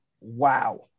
Wow